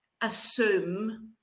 assume